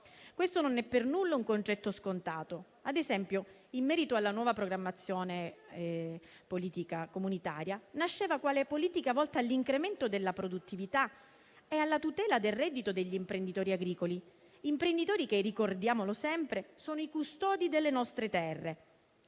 Questo non è per nulla un concetto scontato. Ad esempio, in merito alla nuova programmazione della politica agricola comune, nasceva quale politica volta all'incremento della produttività e alla tutela del reddito degli imprenditori agricoli che, ricordiamolo sempre, sono i custodi delle nostre terre.